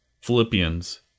Philippians